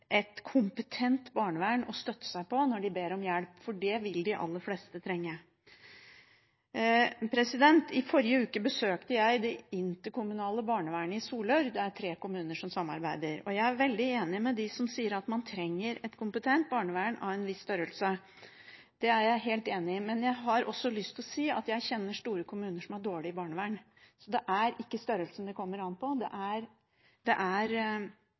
et kompetent barnevern å støtte seg på når de ber om hjelp, for det vil de aller fleste trenge. I forrige uke besøkte jeg det interkommunale barnevernet i Solør – det er tre kommuner som samarbeider. Jeg er veldig enig med dem som sier at man trenger et kompetent barnevern av en viss størrelse. Det er jeg helt enig i. Men jeg har også lyst til å si at jeg kjenner store kommuner som har dårlig barnevern. Så det er ikke størrelsen det kommer an på, det er at man gjør jobben på en skikkelig måte. Men det